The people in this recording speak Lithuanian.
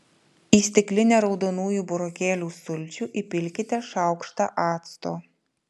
į stiklinę raudonųjų burokėlių sulčių įpilkite šaukštą acto